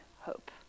hope